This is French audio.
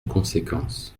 conséquence